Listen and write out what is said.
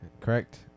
Correct